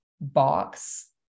box